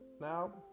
Now